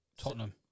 Tottenham